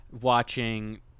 watching